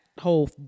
whole